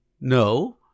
no